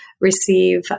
receive